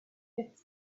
his